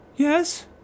Yes